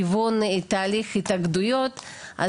לכיוון תהליך התאגדויות,